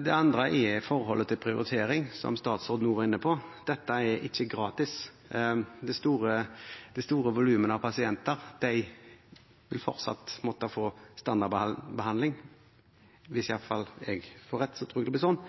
Det andre er forholdet til prioritering, som statsråden også var inne på. Dette er ikke gratis. Det store volumet av pasienter vil fortsatt måtte få standardbehandling. Hvis jeg får rett, tror jeg iallfall det blir slik.